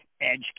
edge